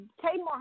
Tamar